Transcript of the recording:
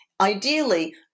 Ideally